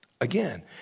Again